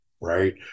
right